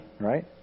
right